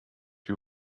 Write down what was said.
you